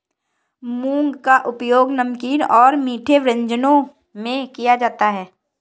मूंग का उपयोग नमकीन और मीठे व्यंजनों में किया जाता है